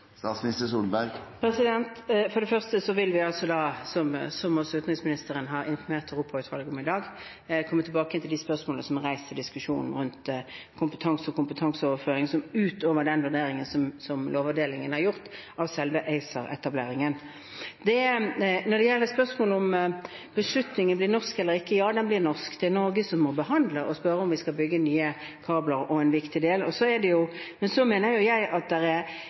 For det første vil vi, som også utenriksministeren har informert Europautvalget om i dag, komme tilbake til de spørsmålene som er reist i diskusjonen rundt kompetanse og kompetanseoverføring utover den vurderingen som lovavdelingen har gjort av selve ACER-etableringen. Når det gjelder spørsmålet om beslutningen blir norsk eller ikke: Ja, den blir norsk. Det er Norge som må behandle og spørre om vi skal bygge nye kabler. Det er en viktig del. Så mener jeg det er grunnlag for diskusjon om det er nødvendig at